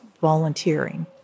volunteering